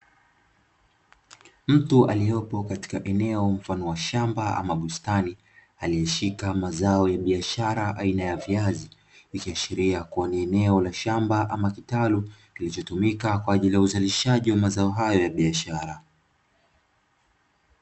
Mtu aliyepo katika eneo mfano wa shamba ama bustani aliyeshika mazao ya biashara aina ya viazi, ikiashiria kuwa ni eneo la shamba ama kitalu kilichotumika kwa ajili ya uzalishaji wa mazao hayo ya biashara.